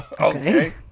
Okay